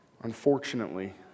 Unfortunately